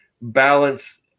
balance